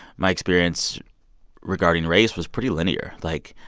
my experience regarding race was pretty linear. like,